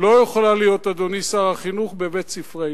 לא יכולה להיות, אדוני שר החינוך, בבית-ספרנו.